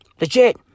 Legit